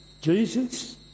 Jesus